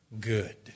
good